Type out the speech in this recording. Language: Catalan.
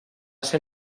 ser